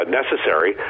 necessary